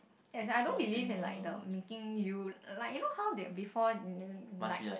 as in I don't believe in like the making you li~ like you know how they before they they like